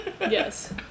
Yes